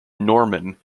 norman